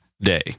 day